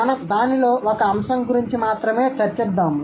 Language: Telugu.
మనం దానిలో ఒక అంశం గురించి మాత్రమే చర్చిద్దాము